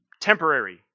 temporary